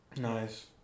Nice